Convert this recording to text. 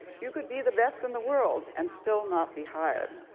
you could be the best in the world and still not be hired.